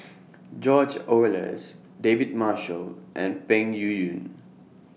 George Oehlers David Marshall and Peng Yuyun